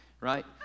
Right